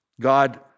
God